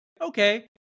Okay